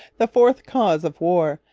the fourth cause of war,